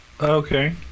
okay